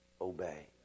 obey